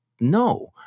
No